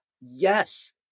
yes